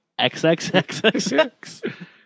XXXXX